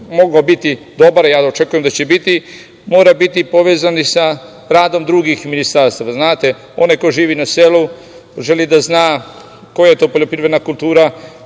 mogao biti dobar, a ja očekujem da će biti, moram biti povezan i sa radom drugim ministarstava. Znate, onaj koji živi na selu želi da zna koja je to poljoprivredna kultura